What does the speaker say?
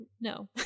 no